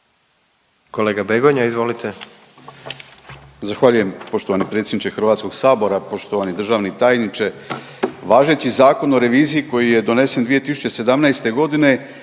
Kolega Dretar, izvolite.